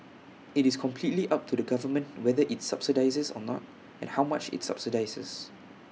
IT is completely up to the government whether IT subsidises or not and how much IT subsidises